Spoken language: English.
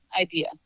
idea